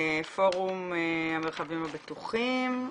פורום המרחבים הבטוחים,